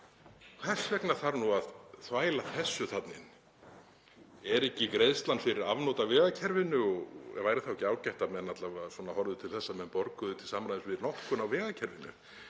Hvers vegna þarf nú að þvæla þessu þarna inn? Er ekki greiðslan fyrir afnot af vegakerfinu og væri þá ekki ágætt að menn alla vega horfðu til þess að menn borguðu til samræmis við notkun á vegakerfinu?